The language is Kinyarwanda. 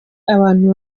abantu